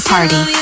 Party